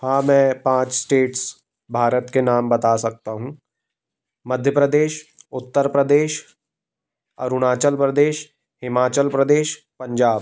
हाँ मैं पाँच स्टेट्स भारत के नाम बता सकता हूँ मध्य प्रदेश उत्तर प्रदेश अरुणाचल प्रदेश हिमाचल प्रदेश पंजाब